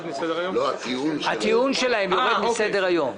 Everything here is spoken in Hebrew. הטיעון שלהם יורד מסדר היום.